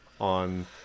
on